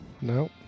No